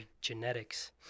genetics